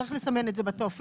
שצריך לסמן את זה בטופס.